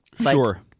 Sure